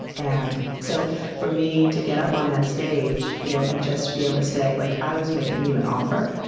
and so for me to get up on that stage, you know, and just be able to say like, i was making you an offer